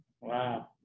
Wow